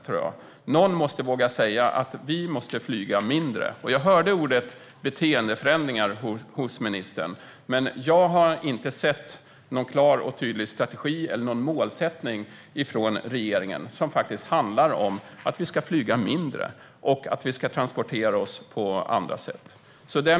Någon måste våga säga att vi måste flyga mindre. Jag hörde ordet beteendeförändringar från ministern. Men jag har inte sett någon klar och tydlig strategi eller någon målsättning från regeringen som handlar om att vi ska flyga mindre och att vi ska transportera oss på andra sätt.